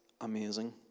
amazing